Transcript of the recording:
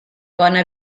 bona